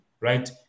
right